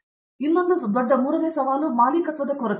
ಎಲ್ಲರೂ ಎದುರಿಸುತ್ತಿರುವ ಮೂರನೇ ದೊಡ್ಡ ಸವಾಲು ಮಾಲೀಕತ್ವದ ಕೊರತೆ